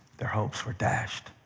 their hopes were dashed.